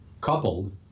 coupled